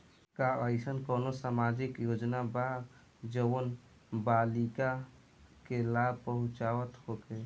का एइसन कौनो सामाजिक योजना बा जउन बालिकाओं के लाभ पहुँचावत होखे?